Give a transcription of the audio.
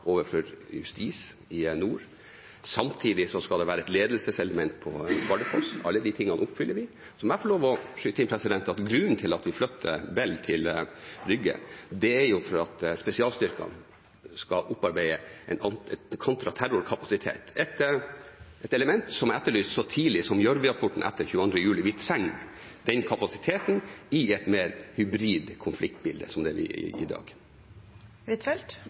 overfor justis i nord, og samtidig skal det være et ledelseselement på Bardufoss. Alle de tingene oppfyller vi. Så må jeg få lov til å skyte inn at grunnen til at vi flytter Bell til Rygge, er at spesialstyrkene skal opparbeide en kontraterrorkapasitet – et element som er etterlyst så tidlig som i Gjørv-rapporten etter 22. juli. Vi trenger den kapasiteten i et mer hybrid konfliktbilde, som det vi har i dag. Det åpnes for oppfølgingsspørsmål – først Anniken Huitfeldt.